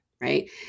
right